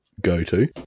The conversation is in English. go-to